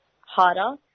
harder